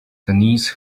denise